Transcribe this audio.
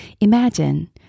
Imagine